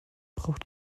braucht